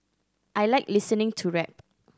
I like listening to rap